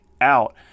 out